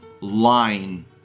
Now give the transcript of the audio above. lying